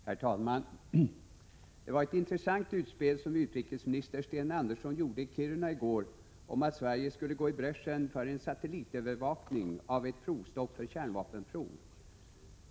Herr talman! Det var ett intressant utspel som utrikesminister Sten Andersson gjorde i Kiruna i går, om att Sverige skulle gå i bräschen för en satellitövervakning av ett provstopp för kärnvapenprov.